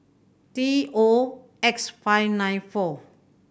T O X five nine four